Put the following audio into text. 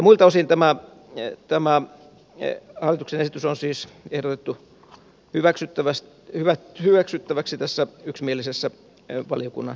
muilta osin tämä hallituksen esitys on siis ehdotettu hyväksyttäväksi tässä yksimielisessä valiokunnan mietinnössä